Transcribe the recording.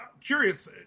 curious